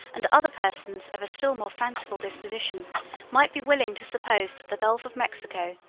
and other persons of a still more fanciful disposition might be willing to suppose that the gulf of mexico,